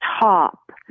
top